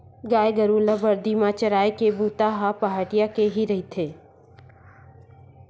गाय गरु ल बरदी म चराए के बूता ह पहाटिया के ही रहिथे